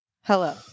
Hello